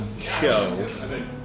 show